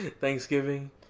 Thanksgiving